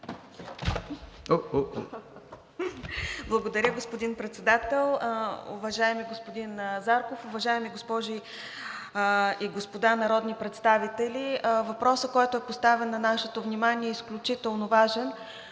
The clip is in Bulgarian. Благодаря, господин Председател. Уважаеми господин Зарков, уважаеми госпожи и господа народни представители! Въпросът, който е поставен на нашето внимание, е изключително важен,